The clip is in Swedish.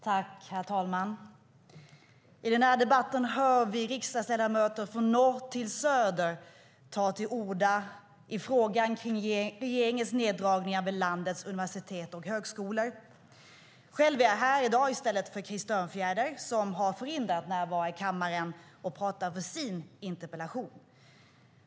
Herr talman! I den här debatten hör vi riksdagsledamöter från norr till söder ta till orda i frågan om regeringens neddragningar vid landets universitet och högskolor. Jag är här i dag i stället för Krister Örnfjäder, som har förhinder att närvara i kammaren och tala för sin interpellation.